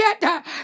get